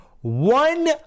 one